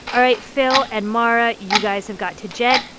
all right, phil and mara, you guys have got to jet.